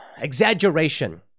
exaggeration